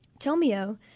Tomio